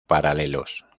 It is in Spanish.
paralelos